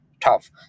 tough